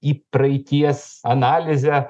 į praeities analizę